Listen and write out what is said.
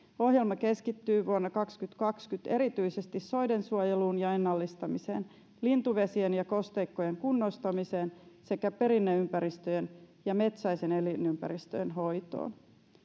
ohjelma keskittyy vuonna kaksituhattakaksikymmentä erityisesti soiden suojeluun ja ennallistamiseen lintuvesien ja kosteikkojen kunnostamiseen sekä perinneympäristöjen ja metsäisten elinympäristöjen hoitoon